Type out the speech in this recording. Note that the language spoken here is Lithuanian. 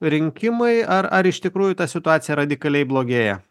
rinkimai ar ar iš tikrųjų ta situacija radikaliai blogėja